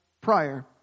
prior